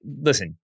listen